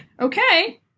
okay